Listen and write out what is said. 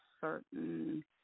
certain